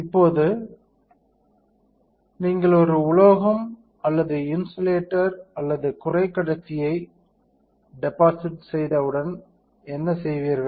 இப்போது நீங்கள் ஒரு உலோகம் அல்லது இன்சுலேட்டர் அல்லது குறைக்கடத்தியை டெபாசிட் செய்தவுடன் என்ன செய்வீர்கள்